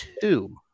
two